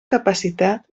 capacitat